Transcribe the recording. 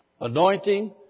anointing